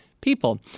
people